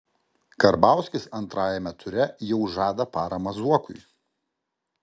karbauskis antrajame ture jau žada paramą zuokui